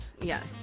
Yes